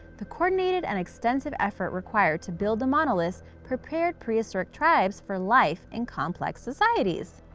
the coordinated and extensive effort required to build the monoliths prepared prehistoric tribes for life in complex societies.